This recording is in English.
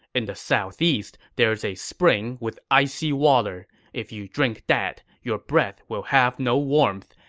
in the southeast, there is a spring with icy water. if you drink that, your breath will have no warmth,